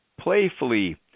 playfully